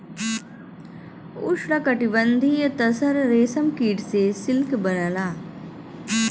उष्णकटिबंधीय तसर रेशम कीट से सिल्क बनला